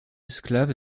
esclave